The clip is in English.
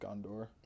Gondor